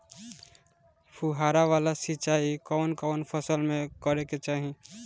फुहारा वाला सिंचाई कवन कवन फसल में करके चाही?